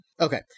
Okay